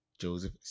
Joseph